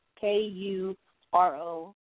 K-U-R-O